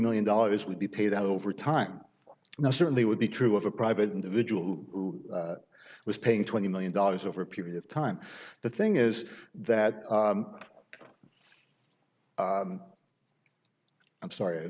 million dollars would be paid out over time now certainly would be true of a private individual who was paying twenty million dollars over a period of time the thing is that i'm sorry